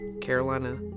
Carolina